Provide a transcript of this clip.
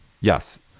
Yes